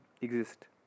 exist